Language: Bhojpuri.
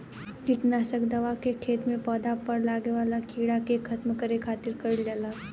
किट नासक दवा के खेत में पौधा पर लागे वाला कीड़ा के खत्म करे खातिर कईल जाला